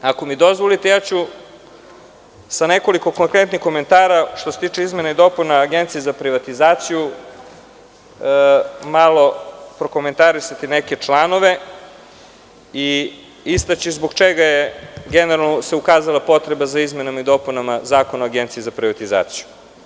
Ako mi dozvolite ja ću sa nekoliko konkretnih komentara, što se tiče izmena i dopuna Zakona Agencije za privatizaciju, malo prokomentarisati neke članove i istaći zbog čega se generalno ukazala potreba za izmenama i dopunama Zakona o Agenciji za privatizaciju.